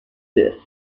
this